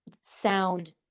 sound